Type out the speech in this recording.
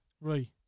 right